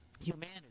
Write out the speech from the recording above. humanity